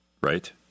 right